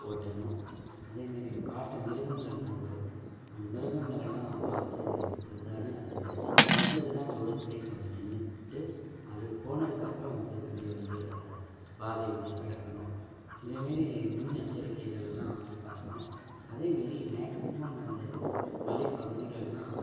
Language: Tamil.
ஓட்டணும் அதே மாரி காட்டு மிருகங்களெலாம் வரும் அந்த மிருகங்களெலாம் பார்த்து வருதான்னு அது வந்துதுன்னால் தூரத்திலே கொஞ்சம் நின்றுக்கிட்டு அது போனதுக்கு அப்புறம் வந்து வண்டியை வந்து அந்த பாதையை வந்து கடக்கணும் அது மாரி முன்னெச்சரிக்கைகளெலாம் வந்து பார்க்கணும் அதே மாரி மேக்ஸிமம் அந்த மலைப் பகுதிகளெலாம்